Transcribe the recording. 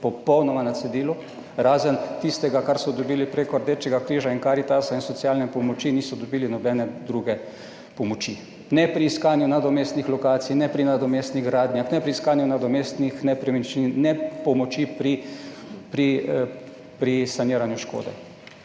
Popolnoma na cedilu, razen tistega kar so dobili preko Rdečega križa in Karitasa in socialne pomoči, niso dobili nobene druge pomoči. Ne pri iskanju nadomestnih lokacij, ne pri nadomestnih gradnjah, ne pri iskanju nadomestnih nepremičnin, ne pomoči pri saniranju škode.